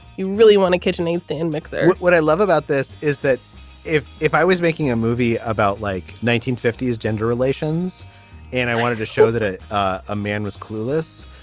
you really want to kitchenaid stand mixer what i love about this is that if if i was making a movie about like nineteen fifty s gender relations and i wanted to show that a man was clueless,